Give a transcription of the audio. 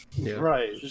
Right